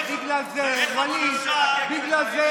לא דמוקרטים,